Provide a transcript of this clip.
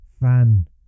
fan